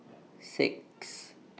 six